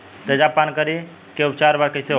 तेजाब पान के उपचार कईसे होला?